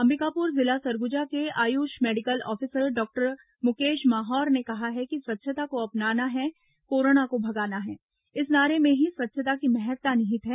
अंबिकापुर जिला सरगुजा के AYUSH medical officer doctor Mukesh Mahaur ने कहा कि स्वच्छता को अपनाना है कोरोना को भगाना है इस नारे में ही स्वच्छता की महत्ता निहित है